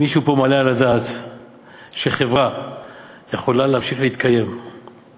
אם מישהו פה מעלה על הדעת שחברה יכולה להמשיך להתקיים עם